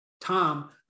Tom